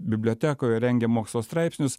bibliotekoje rengia mokslo straipsnius